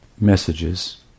messages